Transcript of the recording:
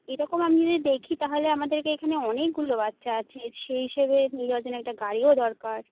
এই রকম আমি যদি দেখি তাহলে আমাদেরকে এখানে অনেকগুলো বাচ্চা আছে সেই হিসেবে নিয়ে যাওয়ার জন্য একটা গাড়িও দরকার